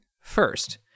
First